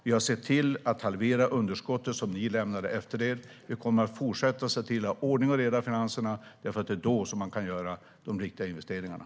Vi har sett till att halvera underskotten som ni lämnade efter er. Vi kommer att fortsätta att se till att ha ordning och reda i finanserna, för det är då man kan göra de riktiga investeringarna.